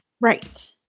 Right